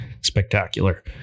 spectacular